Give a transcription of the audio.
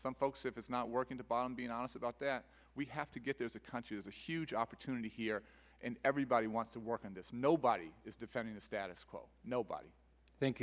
some folks if it's not working to buy on being honest about that we have to get there's a country has a huge opportunity here and everybody want to work on this nobody is defending the status quo nobody thank